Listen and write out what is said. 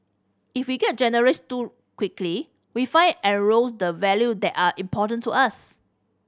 if we get generous too quickly we find erodes the values that are important to us